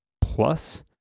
plus